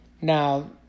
Now